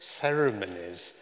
ceremonies